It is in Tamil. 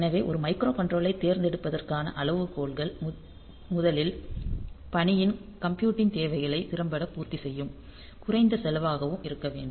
எனவே ஒரு மைக்ரோ கன்ட்ரோலரைத் தேர்ந்தெடுப்பதற்கான அளவுகோல்கள் முதலில் பணியின் கம்ப்யூட்டிங் தேவைகளை திறம்படப் பூர்தி செய்தும் குறைந்த செலவாகவும் இருக்க வேண்டும்